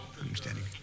understanding